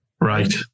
Right